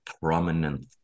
prominent